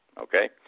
okay